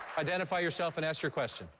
identify yourself and ask your question.